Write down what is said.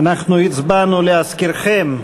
אנחנו הצבענו, להזכירכם,